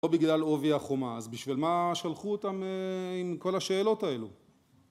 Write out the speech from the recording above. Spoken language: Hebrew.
לא בגלל עובי החומה, אז בשביל מה שלחו אותם עם כל השאלות האלו?